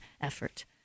effort